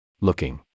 Looking